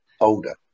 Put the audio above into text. older